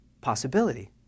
possibility